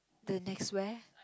to the next where